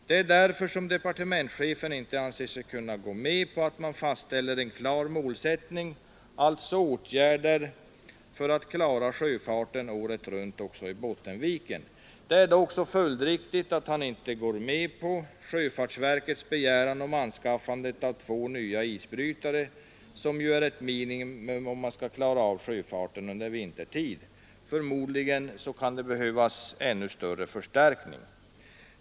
Det är därför departementschefen inte anser sig kunna gå med på att man fastställer en klar målsättning, alltså åtgärder för att klara sjöfarten året runt också i Bottenviken. Det är då också följdriktigt att han inte går med på sjöfartsverkets begäran om anskaffande av två nya isbrytare, som ju är ett minimum om man skall klara av sjöfarten under vintertid. Förmodligen behövs det en ännu större förstärkning.